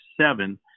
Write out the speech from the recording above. seven